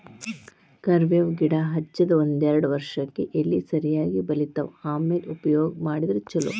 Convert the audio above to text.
ಕರ್ಮೇವ್ ಗಿಡಾ ಹಚ್ಚದ ಒಂದ್ಯಾರ್ಡ್ ವರ್ಷಕ್ಕೆ ಎಲಿ ಸರಿಯಾಗಿ ಬಲಿತಾವ ಆಮ್ಯಾಲ ಉಪಯೋಗ ಮಾಡಿದ್ರ ಛಲೋ